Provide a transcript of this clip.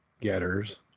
getters